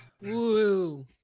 Woo